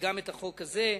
גם החוק הזה.